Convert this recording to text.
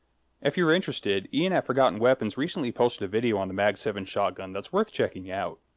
if you're interested, ian at forgotten weapons recently posted a video on the mag seven shotgun that's worth checking out.